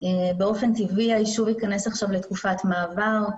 באופן טבעי הישוב ייכנס עכשיו לתקופת מעבר,